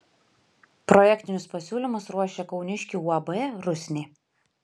projektinius pasiūlymus ruošė kauniškių uab rusnė